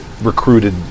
recruited